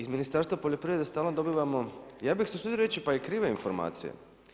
Iz Ministarstva poljoprivrede stalno dobivamo, ja bih se usudio reći pa i krive informacije.